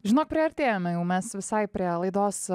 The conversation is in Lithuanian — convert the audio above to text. žinok priartėjome jau mes visai prie laidos